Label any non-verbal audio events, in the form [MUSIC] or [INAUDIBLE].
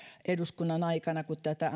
eduskunnan aikana kun tätä [UNINTELLIGIBLE]